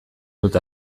dut